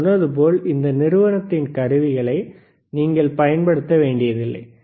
நான் சொன்னது போல் இந்த நிறுவனங்களின் கருவிகளை நீங்கள் பயன்படுத்த வேண்டியதில்லை